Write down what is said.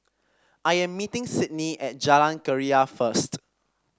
I am meeting Sidney at Jalan Keria first